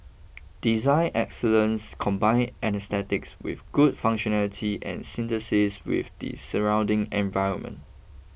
design excellence combine aesthetics with good functionality and synthesis with the surrounding environment